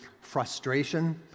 frustration